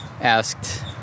asked